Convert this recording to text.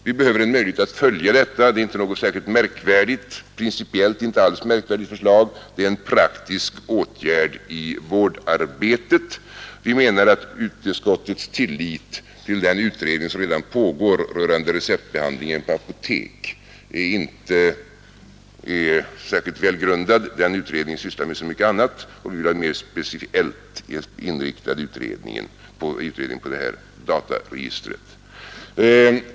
Vi behöver en möjlighet att följa detta. Det är principiellt inte alls något märkvärdigt förslag — det är en praktisk åtgärd i vårdarbetet. Vi menar att utskottets tillit till den utredning som redan pågår rörande receptbehandlingen på apotek inte är särskilt välgrundad. Den utredningen sysslar med så mycket annat, och vi vill ha en utredning som är mera speciellt inriktad på det här dataregistret.